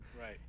right